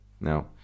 now